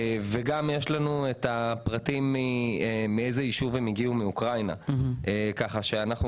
יש לנו גם את הפרטים מאיזה יישוב באוקראינה הם הגיעו.